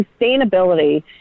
Sustainability